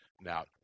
Now